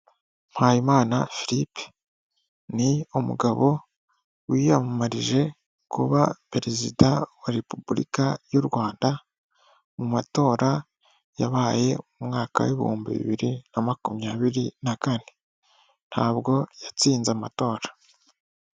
Muhayimana filipe ni umugabo wiyamamarije kuba perezida wa repubulika y'u Rwanda, mu matora yabaye umwaka w'ibihumbi bibiri na makumyabiri na kane, ntabwo yatsinze amatora.